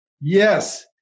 Yes